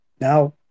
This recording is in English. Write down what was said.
now